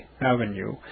Avenue